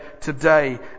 today